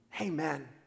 Amen